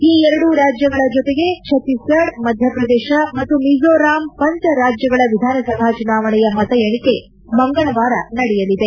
ಈ ಎರಡೂ ರಾಜ್ಯಗಳ ಜತೆಗೆ ಭತ್ತೀಸ್ಗಢ ಮಧ್ಯಪ್ರದೇಶ ಮತ್ತು ಮಿಜೋರಾಂ ಪಂಚರಾಜ್ಯಗಳ ವಿಧಾನಸಭಾ ಚುನಾವಣೆಯ ಮತ ಎಣಿಕೆ ಮಂಗಳವಾರ ನಡೆಯಲಿದೆ